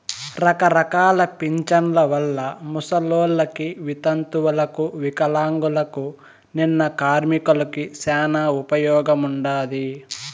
రకరకాల పింఛన్ల వల్ల ముసలోళ్ళకి, వితంతువులకు వికలాంగులకు, నిన్న కార్మికులకి శానా ఉపయోగముండాది